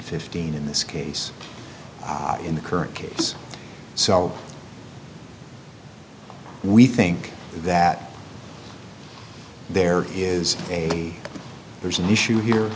fifteen in this case in the current case so we think that there is a there's an issue here